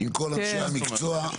עם כל אנשי המקצוע.